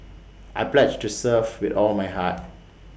I pledge to serve with all my heart